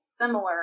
similar